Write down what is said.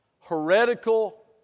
heretical